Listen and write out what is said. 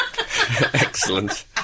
Excellent